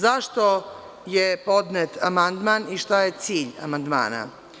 Zašto je podnet amandman i šta je cilj amandmana?